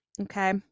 okay